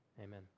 Amen